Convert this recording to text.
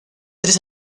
tres